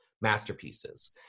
masterpieces